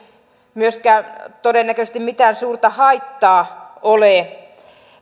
myöskään todennäköisesti mitään suurta haittaa ole